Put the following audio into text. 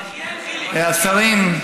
השרים,